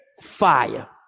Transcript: fire